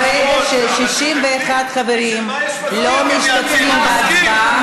ברגע ש-61 חברים לא משתתפים בהצבעה,